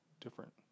different